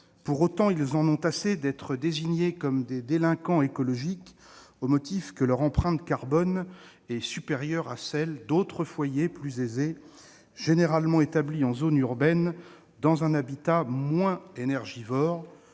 Pour autant, ils en ont assez d'être désignés comme des « délinquants écologiques » au motif que leur empreinte carbone est supérieure à celle d'autres foyers plus aisés, généralement établis en zone urbaine dans un habitat moins énergivore,